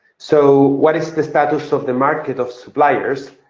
so what is the status of the market of suppliers,